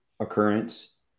Occurrence